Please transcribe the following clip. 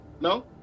No